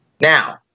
Now